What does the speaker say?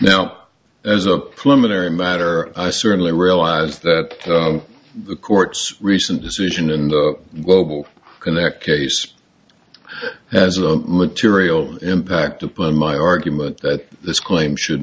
now as a flamin area matter i certainly realize that the court's recent decision in the global connect case has a material impact upon my argument that this claim should